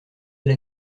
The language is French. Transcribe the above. elle